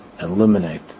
eliminate